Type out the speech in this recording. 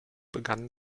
begann